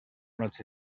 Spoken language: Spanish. noche